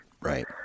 right